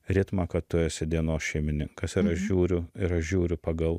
ritmą kad tu esi dienos šeimininkas ar ir aš žiūriu ir aš žiūriu pagal